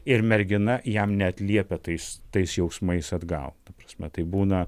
ir mergina jam neatliepia tais tais jausmais atgal ta prasme taip būna